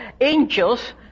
angels